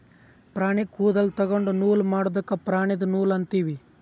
ಪ್ರಾಣಿ ಕೂದಲ ತೊಗೊಂಡು ನೂಲ್ ಮಾಡದ್ಕ್ ಪ್ರಾಣಿದು ನೂಲ್ ಅಂತೀವಿ